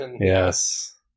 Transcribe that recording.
Yes